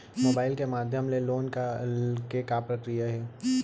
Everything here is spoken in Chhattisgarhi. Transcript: मोबाइल के माधयम ले लोन के का प्रक्रिया हे?